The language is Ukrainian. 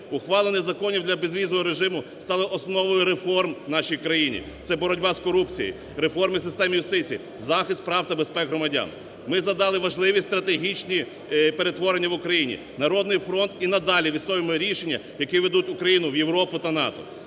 Ухвалення законів для безвізового режиму стало основою реформ в нашій країні – це боротьба із корупцією, реформи в системі юстиції, захист прав та безпек громадян. Ми задали важливі стратегічні перетворення в Україні. "Народний фронт" і надалі відстоюватиме рішення, які ведуть Україну в Європу та НАТО.